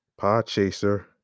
Podchaser